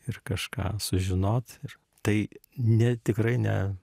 ir kažką sužinot ir tai ne tikrai ne